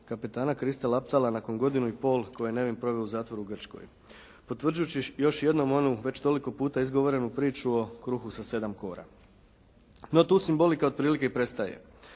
kapetana Krista Laptala nakon godinu i pol koji je nevin proveo u zatvoru u Grčkoj. Potvrđujući još jednom onu već toliko puta izgovorenu priču o kruhu sa 7 kora. No tu simbolika otprilike prestaje.